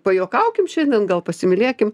pajuokaukim šiandien gal pasimylėkim